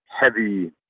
heavy